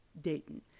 Dayton